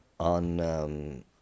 on